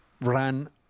ran